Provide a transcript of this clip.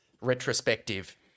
retrospective